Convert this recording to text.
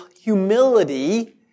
humility